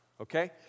Okay